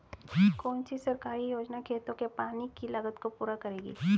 कौन सी सरकारी योजना खेतों के पानी की लागत को पूरा करेगी?